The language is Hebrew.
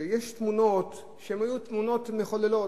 שיש תמונות שהיו תמונות מחוללות,